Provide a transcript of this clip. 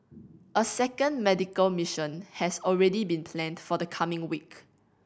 a second medical mission has already been planned for the coming week